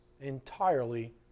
entirely